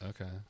Okay